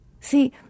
See